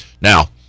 Now